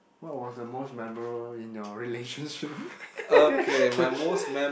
what was the most memorable in your relationship